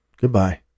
Goodbye